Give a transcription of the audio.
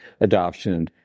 adoption